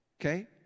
okay